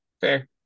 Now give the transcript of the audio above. fair